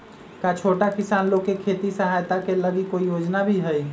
का छोटा किसान लोग के खेती सहायता के लगी कोई योजना भी हई?